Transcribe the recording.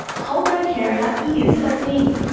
cold urticaria is a thing.